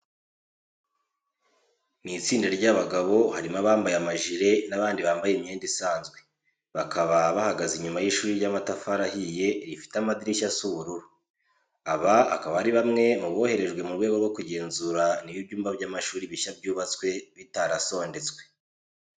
Ni istinda ry'abagabo harimo abambaye amajire n'abandi bambaye imyenda isanzwe. bakaba bahagaze inyuma y'ishuri ry'amatafari ahiye, rifite amadirishya asa ubururu. Aba akaba ari bamwe mu boherejwe mu rwego rwo kugenzura niba ibyumba by'amashuri bishya byubatswe bitarasondetswe.